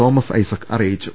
Thomas Isaac അറിയിച്ചു